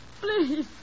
Please